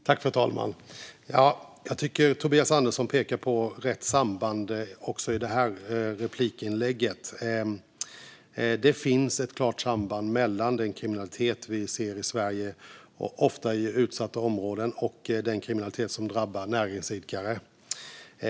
Fru talman! Jag tycker att Tobias Andersson pekar på rätt samband också i detta inlägg. Det finns ett klart samband mellan den kriminalitet vi ser i Sverige, ofta i utsatta områden, och den kriminalitet som drabbar näringsidkare.